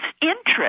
interest